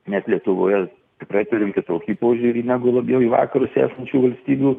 nes lietuvoje tikrai turim kitokį požiūrį negu labiau į vakarus esančių valstybių